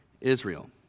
Israel